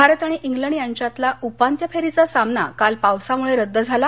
भारत आणि इंग्लंड यांच्यातला उपांत्य फेरीचा सामना काल पावसामुळे रद्द झाला